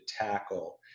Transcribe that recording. tackle